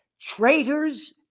Traitors